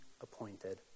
appointed